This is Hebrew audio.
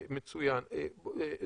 מצוות ההערכה.